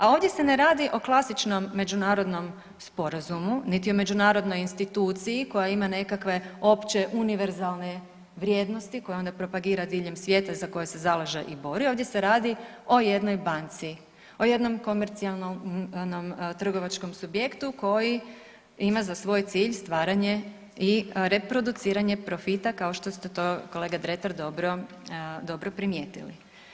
A ovdje se ne radi o klasičnom međunarodnom sporazumu, niti o međunarodnoj instituciji koja ima nekakve opće univerzalne vrijednosti koje onda propagira diljem svijeta za koje se zalaže i bori, ovdje se radi o jednoj banci, o jednom komercijalnom trgovačkom subjektu koji ima za svoj cilj stvaranje i reproduciranje profita kao što ste to kolega Dretar dobro primijetili.